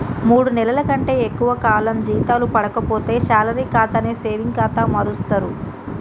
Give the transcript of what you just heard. మూడు నెలల కంటే ఎక్కువ కాలం జీతాలు పడక పోతే శాలరీ ఖాతాని సేవింగ్ ఖాతా మారుస్తరు